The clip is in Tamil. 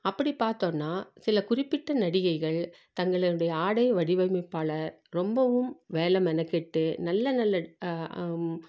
அப்படி பார்த்தோம்னா சில குறிப்பிட்ட நடிகைகள் தங்களுடைய ஆடை வடிவமைப்பால் ரொம்பவும் வேலை மெனக்கெட்டு நல்ல நல்ல